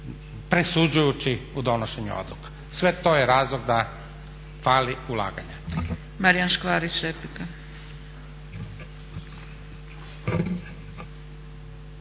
presuđujući u donošenju odluka. Sve to je razlog da fali ulaganja.